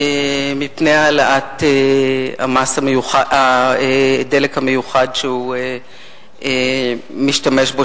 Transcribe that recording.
מהעלאת מס הדלק המיוחד שהוא משתמש בו,